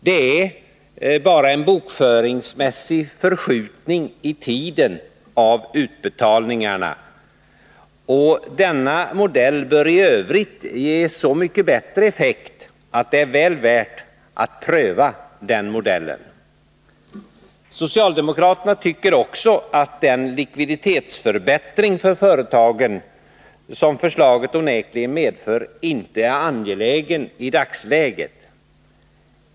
Det är bara en bokföringsmässig förskjutning i tiden av utbetalningarna. Och denna modell bör i övrigt ge så mycket bättre effekt att det är väl värt att pröva den. Socialdemokraterna tycker också att den likviditetsförbättring för företagen som förslaget onekligen medför inte är angelägen i dagsläget.